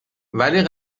ولی